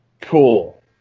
cool